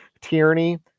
tyranny